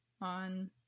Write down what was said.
on